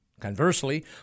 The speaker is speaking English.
Conversely